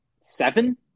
seven